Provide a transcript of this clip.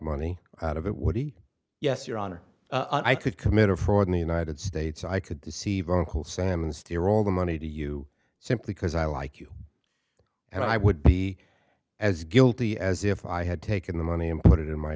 money out of it would he yes your honor i could commit a fraud in the united states i could see vocal salmon steer all the money to you simply because i like you and i would be as guilty as if i had taken the money and put it in my